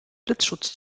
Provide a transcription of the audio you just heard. blitzschutz